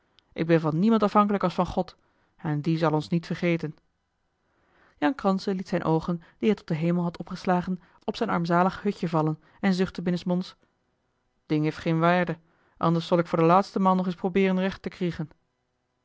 ik bin van niemand afhankelijk als van god en die zal ons niet vergêten jan kranse liet zijne oogen die hij tot den hemel had opgeslagen op zijn armzalig hutje vallen en zuchtte binnensmonds t ding hêf geen weerde anders zol ik voor de laatste maal nog eens probeeren recht te kriegen